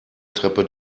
treppe